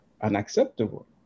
unacceptable